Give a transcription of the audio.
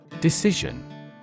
Decision